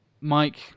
Mike